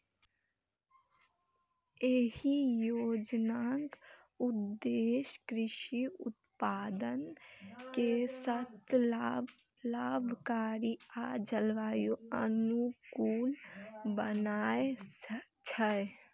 एहि योजनाक उद्देश्य कृषि उत्पादन कें सतत, लाभकारी आ जलवायु अनुकूल बनेनाय छै